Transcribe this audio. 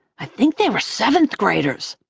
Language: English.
i think they were seventh graders.